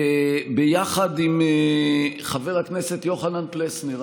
יחד עם חבר הכנסת לשעבר יוחנן פלסנר,